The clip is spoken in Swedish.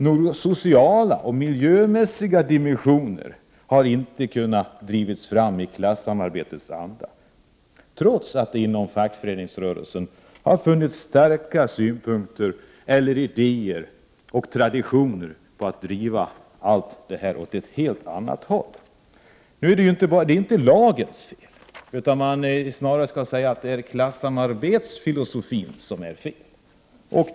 Några sociala och miljömässiga dimensioner har inte kunnat drivas fram i klassamarbetets anda, trots att det inom fackföreningsrörelsen har funnits starka idéer och traditioner när det gäller att driva denna utveckling åt ett annat håll. Detta är inte lagens fel, utan man kan snarare säga att det är klassamarbetsfilosofin som bär skulden.